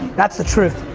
that's the truth.